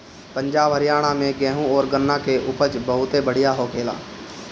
पंजाब, हरियाणा में गेंहू अउरी गन्ना के उपज बहुते बढ़िया होखेला